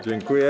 Dziękuję.